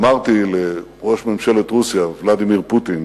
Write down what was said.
אמרתי לראש ממשלת רוסיה, ולדימיר פוטין,